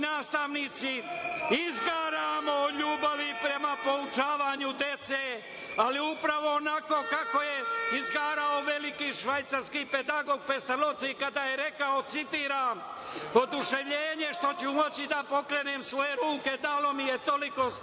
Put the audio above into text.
mi nastavnici izgaramo od ljubavi prema podučavanju dece, ali upravo onako kako je izgarao velik švajcarski pedagog Pestaloci, kada je rekao, citiram – „oduševljenje što ću moći da pokrenem svoje ruke dalo mi je toliko snage